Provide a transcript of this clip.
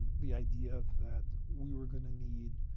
the idea that we were going to need,